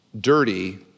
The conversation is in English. dirty